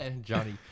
Johnny